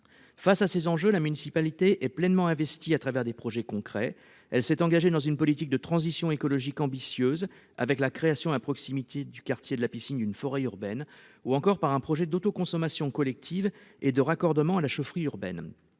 Face à ces enjeux, la municipalité est pleinement investie au travers de projets concrets. Elle s'est engagée dans une politique de transition écologique ambitieuse, avec la création à proximité du quartier de la Piscine d'une forêt urbaine ou encore le projet d'autoconsommation collective et de raccordement à la chaufferie urbaine.